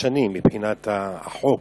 חדשני מבחינת החוק,